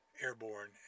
airborne